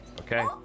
Okay